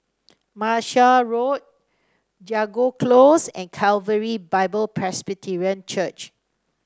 Martia Road Jago Close and Calvary Bible Presbyterian Church